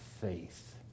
faith